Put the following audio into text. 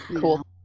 cool